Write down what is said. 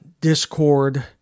Discord